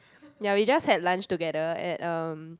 ya we just had lunch together at um